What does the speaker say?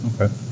okay